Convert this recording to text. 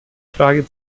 frage